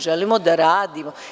Želimo da radimo.